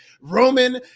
Roman